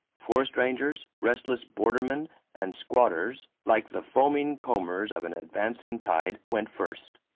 forest rangers, restless bordermen, and squatters, like the foaming combers of an advancing tide, went first.